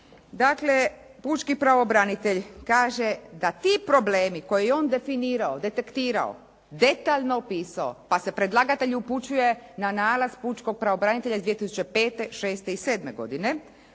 Dakle, pučki pravobranitelj kaže da ti problemi koji je on definirao, detektirao detaljno opisao, pa se predlagatelju upućuje na nalaz pučkog pravobranitelja iz 2005., šeste i